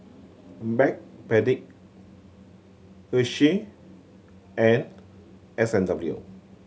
Backpedic Hershey and S and W